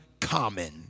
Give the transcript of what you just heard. common